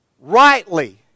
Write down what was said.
rightly